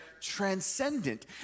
transcendent